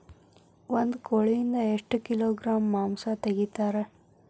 ಒಂದು ಕೋಳಿಯಿಂದ ಎಷ್ಟು ಕಿಲೋಗ್ರಾಂ ಮಾಂಸ ತೆಗಿತಾರ?